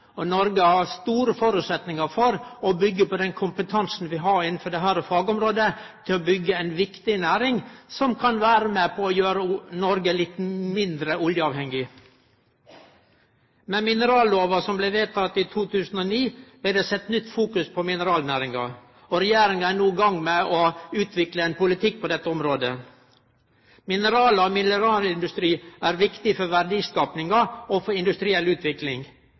trend. Noreg har store føresetnader for å byggje på den kompetansen vi har innanfor dette fagområdet, til å byggje ei viktig næring som kan vere med på å gjere Noreg litt mindre oljeavhengig. Med minerallova som blei vedteken i 2009, blei det på nytt fokusert på mineralnæringa, og regjeringa er no i gang med å utvikle ein politikk på dette området. Mineral og mineralindustri er viktige for verdiskapinga og for industriell utvikling.